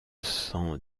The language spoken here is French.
sens